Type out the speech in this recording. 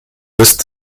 list